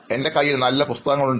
എൻറെ കയ്യിൽ നല്ല പുസ്തകങ്ങൾ ഉണ്ട്